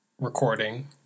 recording